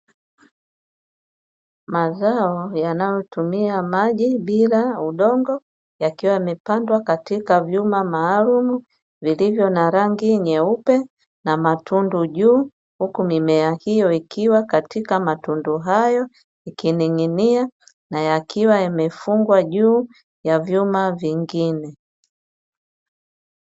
Mazao yanayotumia maji bila udongo yakiwa yamepandwa katika vyuma maalumu vilivyo na rangi nyeupe na matundu juu, huku mimea hiyo ikiwa katika matundu hayo akining'inia, na yakiwa yamefungwa juu ya vyuma vingine.